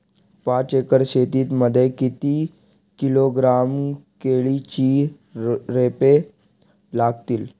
पाच एकर शेती मध्ये किती किलोग्रॅम केळीची रोपे लागतील?